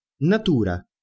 Natura